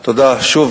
שוב,